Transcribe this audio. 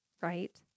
right